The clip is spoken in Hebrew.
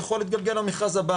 יכול להתגלגל למכרז הבא,